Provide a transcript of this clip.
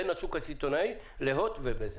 בין השוק הסיטונאי להוט ולבזק.